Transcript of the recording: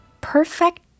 Perfect